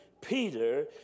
Peter